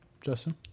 Justin